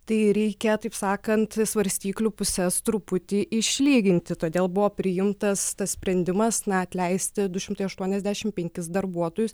tai reikia taip sakant svarstyklių puses truputį išlyginti todėl buvo prijungtas tas sprendimas na atleisti du šimtai aštuoniasdešim penkis darbuotojus